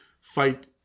fight